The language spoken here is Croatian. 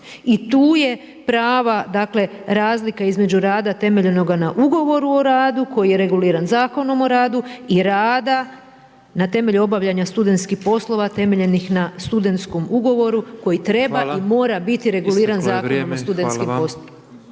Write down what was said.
I tu je prava dakle razlika između prava temeljenoga na ugovoru o radu koji je reguliran Zakonom o radu i rada na temelju obavljanja studentskih poslova temeljenih na studentskom ugovoru koji treba i mora biti reguliran Zakonom o studentskim poslovima.